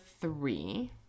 three